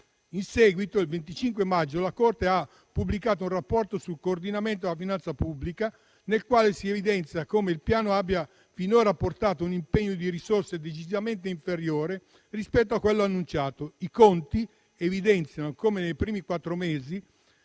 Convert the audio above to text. In seguito, il 25 maggio, la Corte ha pubblicato un rapporto sul coordinamento della finanza pubblica, nel quale si evidenzia come il Piano abbia finora portato un impegno di risorse decisamente inferiore rispetto a quello annunciato. I conti evidenziano come, nei primi quattro mesi